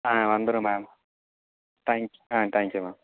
ஆ வந்துடுறோம் ma'am thank ah thank you ma'am